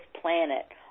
planet